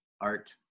art